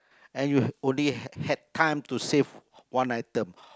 and you only had had time to save one item